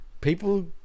People